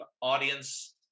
audience